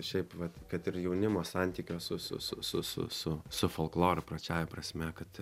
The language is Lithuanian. šiaip vat kad ir jaunimo santykio su su su su su su su folkloru plačiąja prasme kad